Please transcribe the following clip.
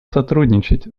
сотрудничать